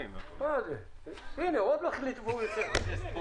ושבעת הזו זה צריך להיות בדיוק כמו קופת חולים,